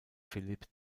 philipp